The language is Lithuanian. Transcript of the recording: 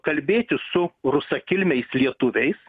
kalbėtis su rusakilmiais lietuviais